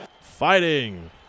Fighting